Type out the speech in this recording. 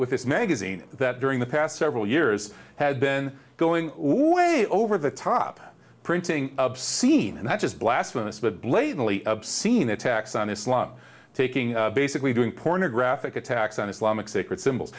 with this magazine that during the past several years had been going way over the top printing obscene and just blasphemous but blatantly obscene attacks on islam taking basically doing pornographic attacks on islamic sacred symbol